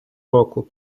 року